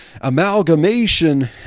amalgamation